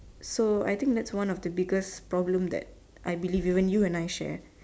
so I think that's one of the biggest problem that I believed even you and I share